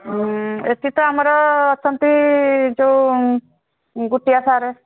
ଏଠି ତ ଆମର ଅଛନ୍ତି ଯେଉଁ ଗୁଟିଆ ସାର୍